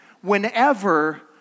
Whenever